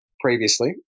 previously